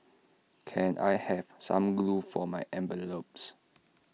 can I have some glue for my envelopes